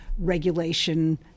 Regulation